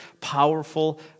powerful